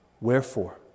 Wherefore